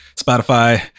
Spotify